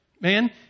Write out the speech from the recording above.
man